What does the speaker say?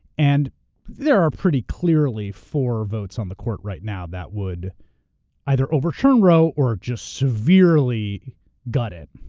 and there are pretty clearly four votes on the court right now that would either overturn roe or just severely gut it,